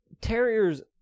Terriers